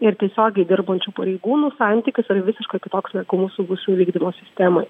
ir tiesiogiai dirbančių pareigūnų santykis yra visiškai kitoks negu mūsų bausmių vykdymo sistemoj